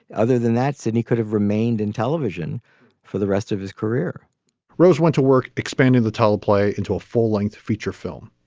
other than that, sidney could have remained in television for the rest of his career rose went to work, expanding the teleplay into a full length feature film.